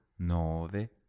nove